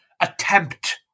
attempt